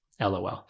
LOL